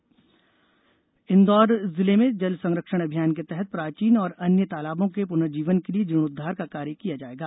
जल संरक्षण इंदौर जिले में जल संरक्षण अभियान के तहत प्राचीन और अन्य तालाबों के पुनर्जीवन के लिए जीर्णोद्वार का कार्य किया जाएगा